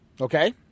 Okay